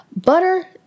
butter